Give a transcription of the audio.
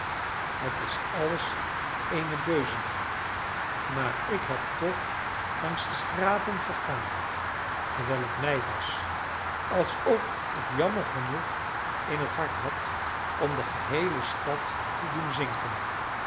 het is alles eene beuzeling maar ik heb toch langs de straten gegaan terwijl het mij was alsof ik jammer genoeg in het hart had om de geheele stad te doen zinken